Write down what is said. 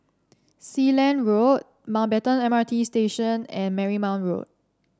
Sealand Road Mountbatten M R T Station and Marymount Road